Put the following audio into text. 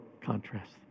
contrast